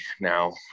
now